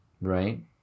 right